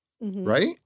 Right